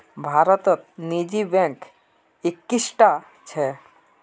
भारतत निजी बैंक इक्कीसटा छ